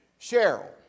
Cheryl